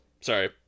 sorry